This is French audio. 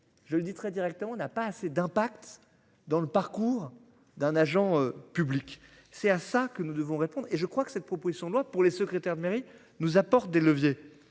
Je le dis très directement. On n'a pas assez d'impact dans le parcours d'un agent public c'est à ça que nous devons répondre et je crois que cette proposition de loi pour les secrétaires de mairie nous apporte des leviers